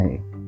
Hey